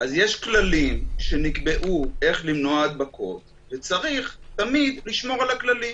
אז יש כללים שנקבעו איך למנוע הדבקות וצריך תמיד לשמור על הכללים.